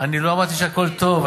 לא אמרתי שהכול טוב,